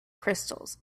crystals